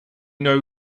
know